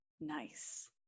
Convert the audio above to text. Nice